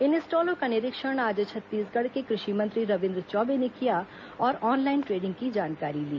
इन स्टॉलों का निरीक्षण आज छत्तीसगढ़ के कृषि मंत्री रविन्द्र चौबे ने किया और ऑनलाइन ट्रेडिंग की जानकारी ली